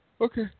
Okay